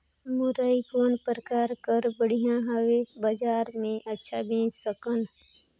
मुरई कौन प्रकार कर बढ़िया हवय? बजार मे अच्छा बेच सकन